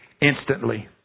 instantly